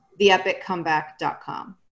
theepiccomeback.com